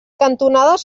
cantonades